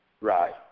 Right